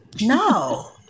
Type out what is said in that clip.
No